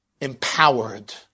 empowered